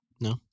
No